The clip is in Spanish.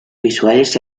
visuales